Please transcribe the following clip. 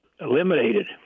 eliminated